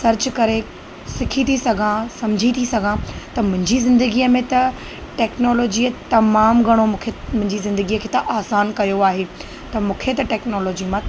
search करे सिखी थी सघां सम्झी थी सघां त मुंहिंजी ज़िंदगीअ में त टेक्नोलोजीअ तमामु घणो मूंखे मुंहिंजी ज़िंदगीअ खे त आसान कयो आहे त मूंखे त टेक्नोलोजी मां